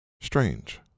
Strange